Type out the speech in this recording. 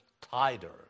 tighter